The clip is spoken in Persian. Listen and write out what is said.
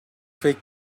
فکر